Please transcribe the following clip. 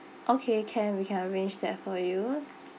okay can we can arrange that for you